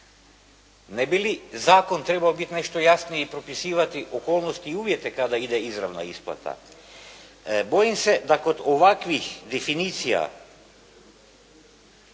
Ne bi li zakon trebao biti nešto jasniji i propisivati okolnosti i uvjete kada ide izravna isplata? Bojim se da kod ovakvih definicija